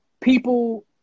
people